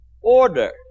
order